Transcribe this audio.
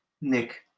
Nick